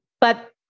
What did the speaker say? But-